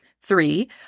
Three